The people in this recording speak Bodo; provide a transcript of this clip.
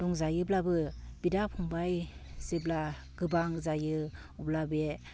दंजायोब्लाबो बिदा फंबाय जेब्ला गोबां जायो अब्ला बे